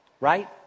right